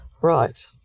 Right